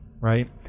Right